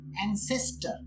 ancestor